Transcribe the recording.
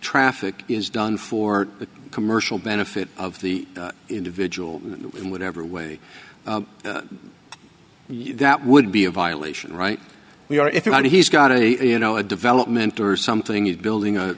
traffic is done for the commercial benefit of the individual in whatever way that would be a violation right we are if you want he's got a you know a development or something is building a